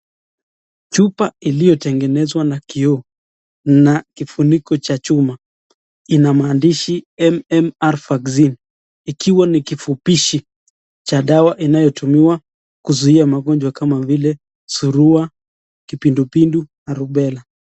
Chupa iliyotengenezwa na kioo na kifuniko cha chuma ina maandishi MMR vaccine ikiwa ni kifupishi cha dawa inayotumiwa kuzuia magonjwa kama vile surua, kipindupindu na rubela.